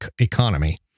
economy